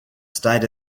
state